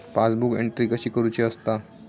Passbook entry कशी करुची असता?